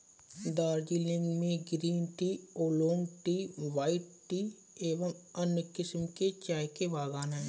दार्जिलिंग में green tea, oolong tea, white tea एवं अन्य किस्म के चाय के बागान हैं